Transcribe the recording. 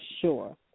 sure